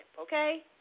okay